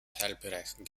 teilbereichen